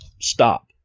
stop